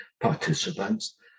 participants